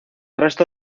resto